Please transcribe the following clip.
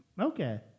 Okay